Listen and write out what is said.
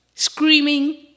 screaming